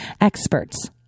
Experts